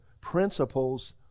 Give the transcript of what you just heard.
principles